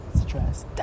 stress